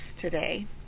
today